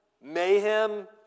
mayhem